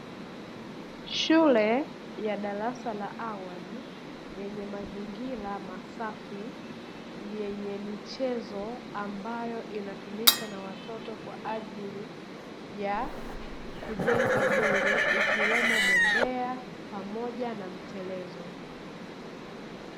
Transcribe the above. Shule ya darasa la awali yenye mazingira masafi yenye michezo, ambayo inatumika na watoto kwaajili bya kujenga mwili ikiwemo bembea, pamoja na mtelezo.